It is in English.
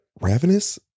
Ravenous